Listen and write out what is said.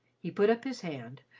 he put up his hand,